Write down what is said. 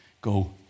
go